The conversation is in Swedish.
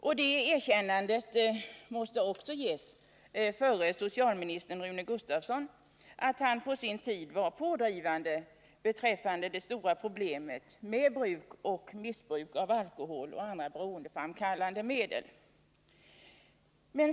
Och det erkännandet måste ges förre socialministern Rune Gustavsson att han på sin tid var pådrivande beträffande det stora problemet med bruk och missbruk av alkohol och andra beroendeframkallande medel.